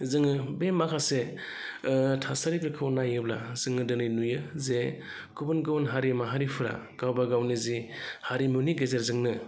जोङो बे माखासे थासारिफोरखौ नायोब्ला जोङो दिनै नुयो जे गुबुन गुबुन हारि माहारिफोरा गावबा गावनि जि हारिमुनि गेजेरजोंनो